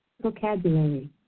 vocabulary